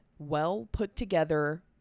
well-put-together